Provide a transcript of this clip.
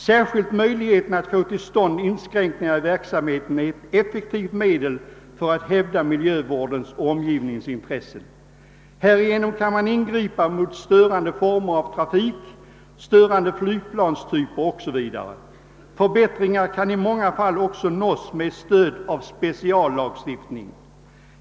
Särskilt möjligheten att få till stånd inskränkningar i verksamheten är ett effektivt medel för att hävda miljövårdens och omgivningens intressen. Härigenom kan man ingripa mot störande former av trafik, störande flygplanstyper o.s. v. Förbättringar kan i många fall också nås med hjälp av speciallagstiftning.